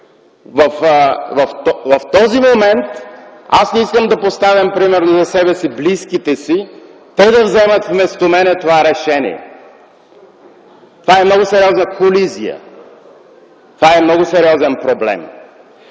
В този момент аз не искам да поставям примерно за себе си близките си те да вземат вместо мен това решение. Това е много сериозна колизия, много сериозен проблем,